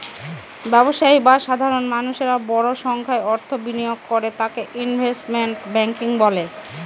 ব্যবসায়ী বা সাধারণ মানুষেরা বড় সংখ্যায় অর্থ বিনিয়োগ করে তাকে ইনভেস্টমেন্ট ব্যাঙ্কিং বলে